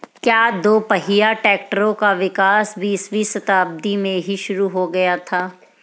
क्या दोपहिया ट्रैक्टरों का विकास बीसवीं शताब्दी में ही शुरु हो गया था?